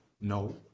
No